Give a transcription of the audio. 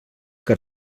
que